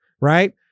right